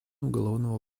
уголовного